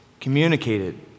communicated